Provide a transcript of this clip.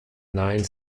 nine